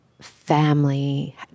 family